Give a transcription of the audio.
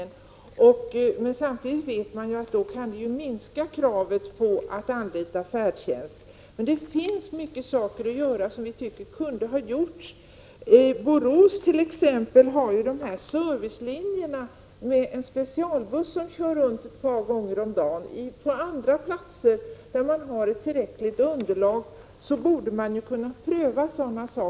Samtidigt vet vi att om man gör dessa förbättringar kan man minska kraven på att få anlita färdtjänst. Det finns mycket som vi tycker kunde ha gjorts. I Borås har man t.ex. servicelinjer med en specialbuss som kör runt ett par gånger om dagen. På andra platser där man har ett tillräckligt underlag borde man kunna pröva sådant.